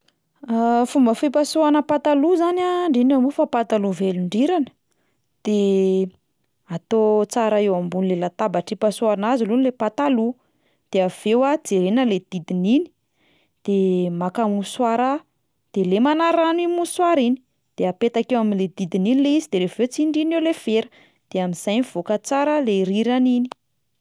Fomba fipasohana pataloha zany a indrindra moa fa pataloha velondrirana, de atao tsara eo ambonin'le latabatra hipasohana azy alohany le pataloha, de avy eo a jerena le didiny iny, de maka mosoara de lemana rano iny mosoara iny, de apetaka eo amin'le didiny iny le izy de rehefa avy eo tsindriana eo le fera de amin'izay mivoaka tsara le rirany iny.